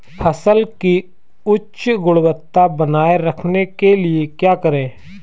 फसल की उच्च गुणवत्ता बनाए रखने के लिए क्या करें?